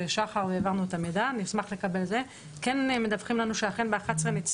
דבר אחד, כשמדברים על כל הנושא של